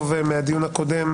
מהדיון הקודם